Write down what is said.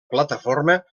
plataforma